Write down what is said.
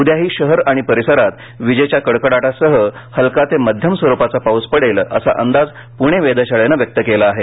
उद्याही शहर आणि परिसरात विजेच्या कडकडाटासह हलका ते मध्यम स्वरूपाचा पाऊस पडेल असा अंदाज पुणे वेधशाळेनं व्यक्त केला आहे